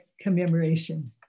commemoration